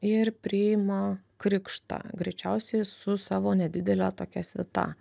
ir priima krikštą greičiausiai su savo nedidele tokia svita